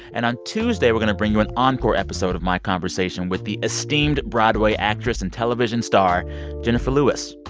and on tuesday, we're going to bring you an encore episode of my conversation with the esteemed broadway actress and television star jenifer lewis.